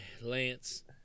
Lance